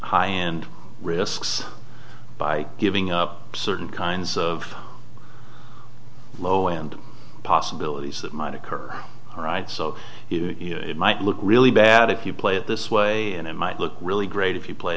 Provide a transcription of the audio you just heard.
high end risks by giving up certain kinds of low end possibilities that might occur all right so it might look really bad if you play it this way and it might look really great if you play